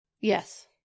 Yes